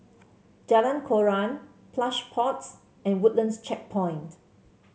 Jalan Koran Plush Pods and Woodlands Checkpoint